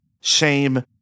Shame